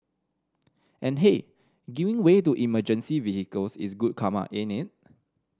and hey giving way to emergency vehicles is good karma ain't it